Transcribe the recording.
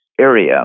area